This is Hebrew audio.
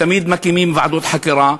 תמיד מקימים ועדות חקירה,